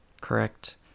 correct